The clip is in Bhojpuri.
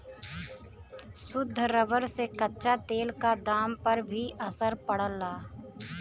शुद्ध रबर से कच्चा तेल क दाम पर भी असर पड़ला